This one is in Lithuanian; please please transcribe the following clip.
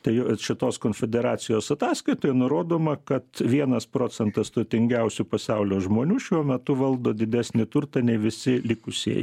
tai vat šitos konfederacijos ataskaitoje nurodoma kad vienas procentas turtingiausių pasaulio žmonių šiuo metu valdo didesnį turtą nei visi likusieji